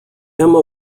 emma